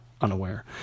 unaware